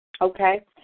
Okay